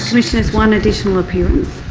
so is one additional appearance.